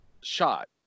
shot